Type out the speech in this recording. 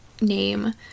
name